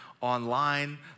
online